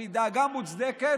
שהיא דאגה מוצדקת,